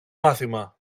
μάθημα